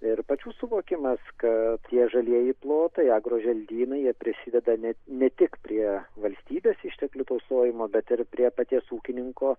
ir pačių suvokimas kad tie žalieji plotai agroželdynai jie prisideda ne ne tik prie valstybės išteklių tausojimo bet ir prie paties ūkininko